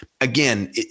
again